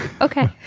Okay